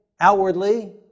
outwardly